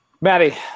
Maddie